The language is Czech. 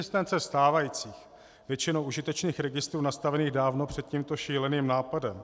Existence stávajících, většinou užitečných registrů nastavených dávno před tímto šíleným nápadem.